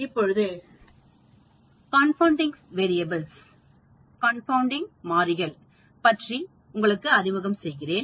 இப்போது கார்ன்பவுண்டிங் மாறிகள் என்று சொற்களை அறிமுகப்படுத்த விரும்புகிறேன்